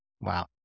wow